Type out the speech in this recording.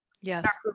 Yes